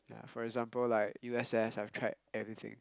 for example like U_S_S I've tried everything